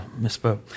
misspoke